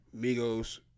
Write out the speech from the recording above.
Migos